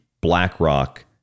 BlackRock